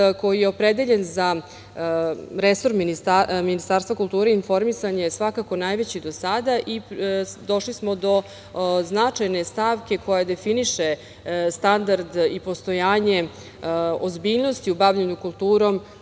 koji je opredeljen za resor Ministarstva kulture i informisanja je svakako najveći do sada. Došli smo do značajne stavke koja definiše standard i postojanje ozbiljnosti u bavljenju kulturom,